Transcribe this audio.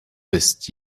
bist